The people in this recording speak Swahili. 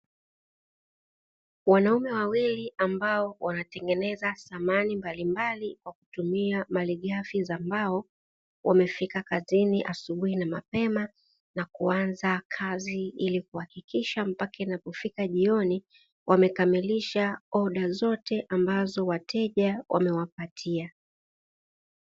Wanaume wawili, ambao wanatengeneza samani mbalimbali kwa kutumia malighafi za mbao. Wamefika kazini asubuhi na mapema na kuanza kazi, ili kuhakikisha mpaka inapofika jioni wamekamilisha oda zote ambazo wateja wamewapatia.